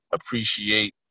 appreciate